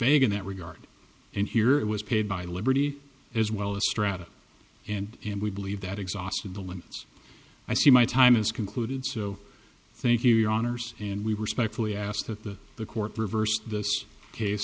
vague in that regard and here it was paid by liberty as well as strata and and we believe that exhausted the limits i see my time is concluded so thank you your honors and we respectfully ask that the court reverse this case